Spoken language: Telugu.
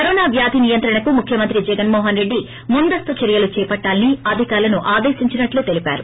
కరోనా వ్యాధి నియంత్రణకు ముఖ్యమంత్రి జగన్మోహన్రెడ్డి ముందస్తు చర్యలు చేపట్టాలని అధికారులను ఆదేశించినట్లు తెలిపారు